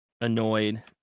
annoyed